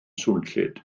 swnllyd